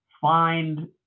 find –